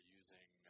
using